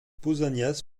pausanias